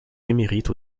émérite